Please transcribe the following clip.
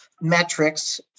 metrics